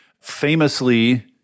famously